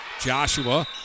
Joshua